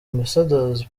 ambassador’s